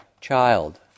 Child